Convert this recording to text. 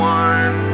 one